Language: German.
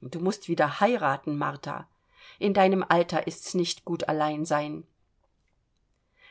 du mußt wieder heiraten martha in deinem alter ist's nicht gut allein sein